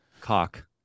cock